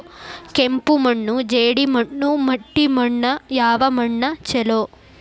ಕೆಂಪು ಮಣ್ಣು, ಜೇಡಿ ಮಣ್ಣು, ಮಟ್ಟಿ ಮಣ್ಣ ಯಾವ ಮಣ್ಣ ಛಲೋ?